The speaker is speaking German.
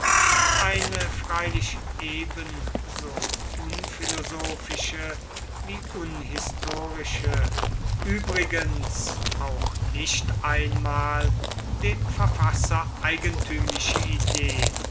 eine freilich eben so unphilosophische wie unhistorische übrigens auch nicht einmal dem verfasser eigentümliche idee